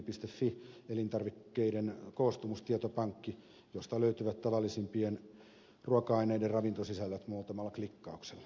fi elintarvikkeiden koostumustietopankki josta löytyvät tavallisimpien ruoka aineiden ravintosisällöt muutamalla klikkauksella